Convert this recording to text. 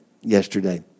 yesterday